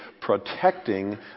protecting